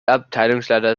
abteilungsleiter